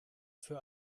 für